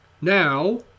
Now